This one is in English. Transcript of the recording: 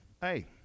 hey